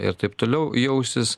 ir taip toliau jausis